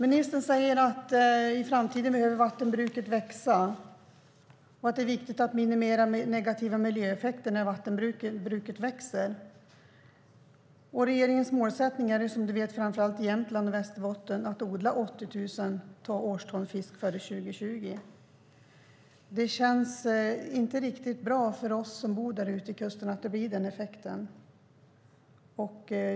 Ministern säger att vattenbruket behöver öka i framtiden och att det är viktigt att minimera negativa miljöeffekter när vattenbruket ökar. Regeringens målsättning är, som vi vet, att framför allt i Jämtland och Västerbotten odla 80 000 årston fisk före 2020. Det känns inte riktigt bra för oss som bor utefter kusten med tanke på den effekt det får.